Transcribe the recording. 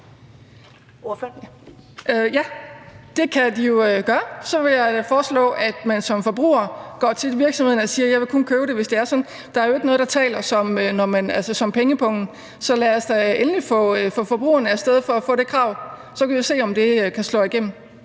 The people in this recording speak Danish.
det kan de jo gøre, så jeg vil foreslå, at man som forbruger går til virksomheden og siger: Jeg vil kun købe det, hvis det ikke er halalslagtet. Der er jo ikke noget, der taler som pengepungen. Så lad os da endelig få forbrugerne af sted, så de kan stille det krav, og så kan vi jo se, om det kan slå igennem.